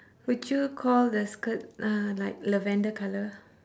would you call the skirt uh like lavender colour